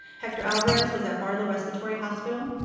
hector alvarez was at barlow respiratory hospital.